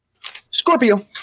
Scorpio